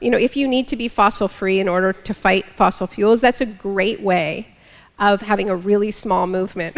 you know if you need to be fossil free in order to fight fossil fuels that's a great way of having a really small movement